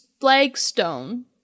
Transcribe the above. flagstone